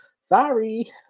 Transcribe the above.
Sorry